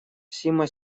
сима